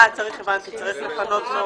מיקי לוי, בבקשה,